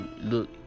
look